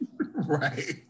Right